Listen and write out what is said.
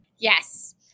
Yes